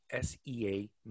SEA